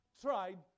tried